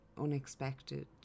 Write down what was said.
unexpected